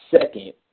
Second